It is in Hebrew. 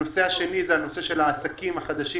הנושא השני הוא נושא העסקים החדשים